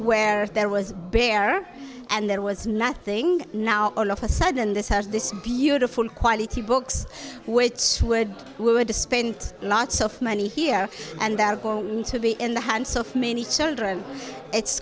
where there was bare and there was nothing now all of a sudden this has this beautiful quality books which would were to spend lots of money here and they're going to be in the hands of many children it's